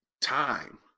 time